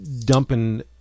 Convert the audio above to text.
dumping